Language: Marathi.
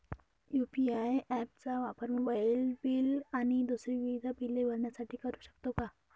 यू.पी.आय ॲप चा वापर मोबाईलबिल आणि दुसरी विविध बिले भरण्यासाठी करू शकतो का?